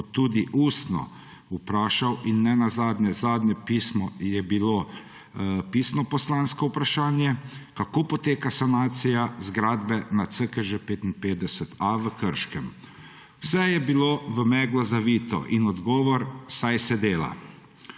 kot tudi ustno vprašal in nenazadnje zadnje pismo je bilo pisno poslansko vprašanje, kako poteka sanacija zgradbe na CKŽ 55/a v Krškem. Vse je bilo v meglo zavito in odgovor, da saj se dela.